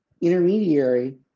intermediary